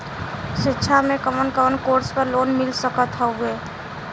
शिक्षा मे कवन कवन कोर्स पर लोन मिल सकत हउवे?